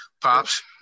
Pops